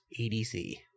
EDC